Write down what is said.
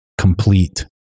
complete